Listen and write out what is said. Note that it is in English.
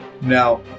Now